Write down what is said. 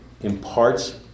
imparts